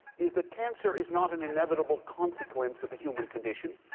is that cancer is not an inevitable consequence of the human condition.